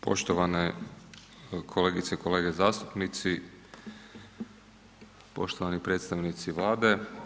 Poštovane kolegice i kolege zastupnici, poštovani predstavnici Vlade.